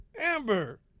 Amber